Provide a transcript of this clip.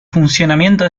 funcionamiento